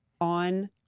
on